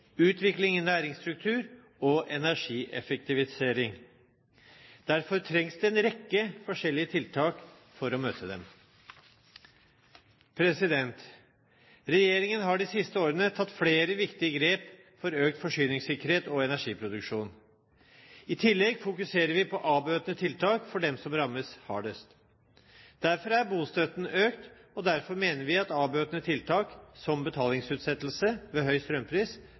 utvikling i næringsstruktur og energieffektivisering. Derfor trengs det en rekke forskjellige tiltak for å møte den. Regjeringen har de siste årene tatt flere viktige grep for økt forsyningssikkerhet og energiproduksjon. I tillegg fokuserer vi på avbøtende tiltak for dem som rammes hardest. Derfor er bostøtten økt, og derfor mener vi at avbøtende tiltak, som betalingsutsettelse ved høy strømpris,